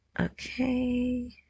Okay